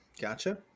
gotcha